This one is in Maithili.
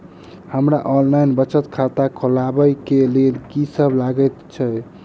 हमरा ऑनलाइन बचत खाता खोलाबै केँ लेल की सब लागत?